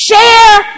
Share